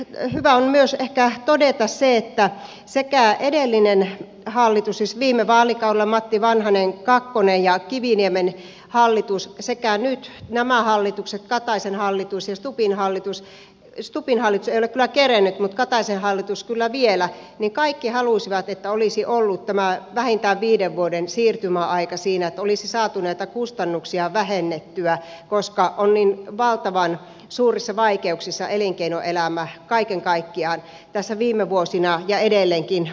hyvä on ehkä todeta myös se että sekä edelliset hallitukset siis viime vaalikaudella matti vanhanen ii ja kiviniemen hallitus että nyt nämä hallitukset kataisen hallitus ja stubbin hallitus halusivat stubbin hallitus ei ole kyllä kerennyt mutta kataisen hallitus kyllä vielä halusi että olisi ollut tämä vähintään viiden vuoden siirtymäaika siinä että olisi saatu näitä kustannuksia vähennettyä koska on niin valtavan suurissa vaikeuksissa elinkeinoelämä kaiken kaikkiaan tässä viime vuosina ollut ja edelleenkin on